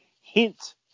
hint